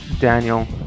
Daniel